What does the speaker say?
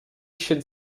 should